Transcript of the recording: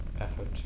effort